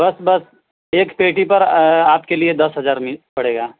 بس بس ایک پیٹی پر آپ کے لیے دس ہزار پڑے گا